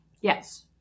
Yes